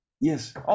Yes